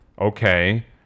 okay